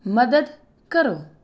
ਮਦਦ ਕਰੋ